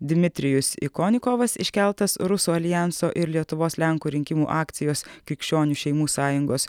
dmitrijus ikonikovas iškeltas rusų aljanso ir lietuvos lenkų rinkimų akcijos krikščionių šeimų sąjungos